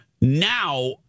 Now